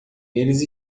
eles